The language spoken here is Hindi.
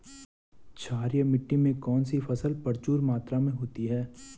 क्षारीय मिट्टी में कौन सी फसल प्रचुर मात्रा में होती है?